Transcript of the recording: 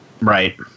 Right